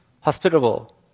hospitable